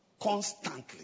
Constantly